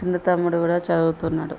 చిన్న తమ్ముడు కూడా చదువుతున్నాడు